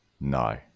No